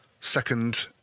Second